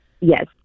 Yes